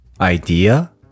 idea